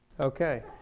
Okay